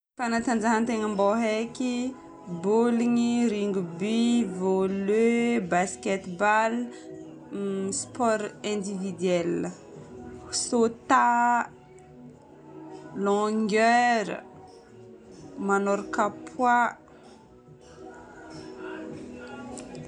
Fanatanjahan-tegna mbo haiky, baoligny, rugby, volet, basket balle, sport individuel, saut à longueur, magnôraka poid.